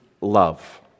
love